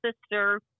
sister